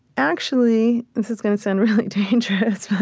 actually, this is going to sound really dangerous, but